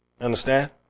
Understand